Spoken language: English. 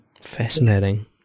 fascinating